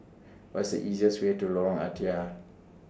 What IS The easiest Way to Lorong Ah Thia